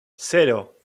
cero